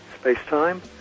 space-time